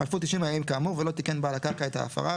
חלפו תשעים הימים כאמור ולא תיקן בעל הקרקע את ההפרה,